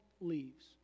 leaves